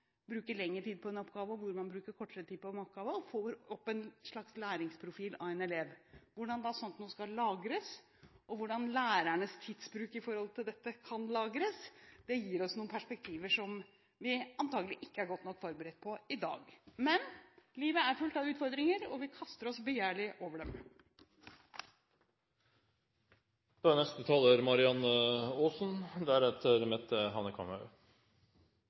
bruker lenger tid på en oppgave og noen bruker kortere tid på en oppgave – og får opp en slags læringsprofil av en elev. Hvordan noe slikt skal lagres og hvordan lærernes tidsbruk i forhold til dette kan lagres, gir oss noen perspektiver som vi antakelig ikke er godt nok forberedt på i dag. Men livet er fullt av utfordringer, og vi kaster oss begjærlig over dem. Hvorfor IKT i utdanningen? Jeg har lyst til å stille spørsmålet fordi jeg mener svaret rett og slett er